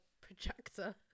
projector